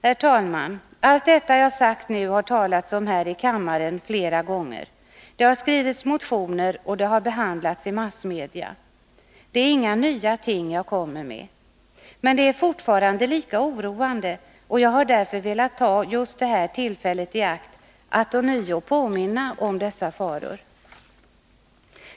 Herr talman! Allt det jag nu har sagt har det talats om här i kammaren flera gånger. Det har skrivits motioner, och frågorna har behandlats i massmedia. Det är inga nya ting jag kommer med. Men de är fortfarande lika oroande, och jag har därför velat ta just det här tillfället i akt att ånyo påminna om dessa faror.